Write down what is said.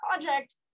project